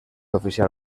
oficial